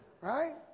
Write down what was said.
Right